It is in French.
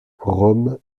rome